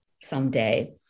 someday